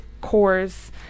cores